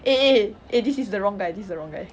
eh eh eh eh this is the wrong guy this is the wrong guy